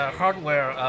hardware